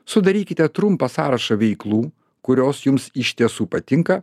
sudarykite trumpą sąrašą veiklų kurios jums iš tiesų patinka